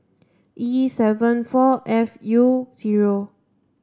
E seven four F U zero